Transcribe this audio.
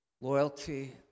loyalty